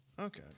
okay